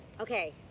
okay